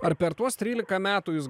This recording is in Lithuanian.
ar per tuos trylika metų jūs